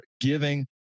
giving